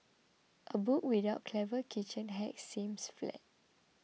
a book without clever kitchen hacks seems flat